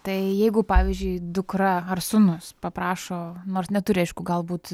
tai jeigu pavyzdžiui dukra ar sūnus paprašo nors neturi aišku galbūt